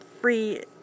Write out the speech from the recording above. free